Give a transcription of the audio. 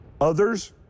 Others